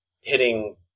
hitting